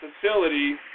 facility